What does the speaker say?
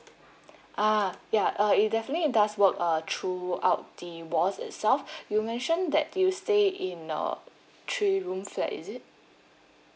ah ya uh it definitely does work uh throughout the wall itself you mentioned that you stay in a three room flat is it